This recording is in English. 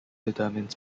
determines